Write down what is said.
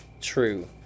true